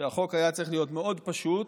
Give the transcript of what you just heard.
שהחוק היה צריך להיות מאוד פשוט,